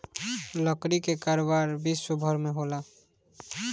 लकड़ी कअ कारोबार विश्वभर में होला